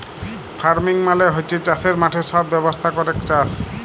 farming মালে হচ্যে চাসের মাঠে সব ব্যবস্থা ক্যরেক চাস